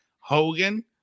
Hogan